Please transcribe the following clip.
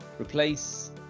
replace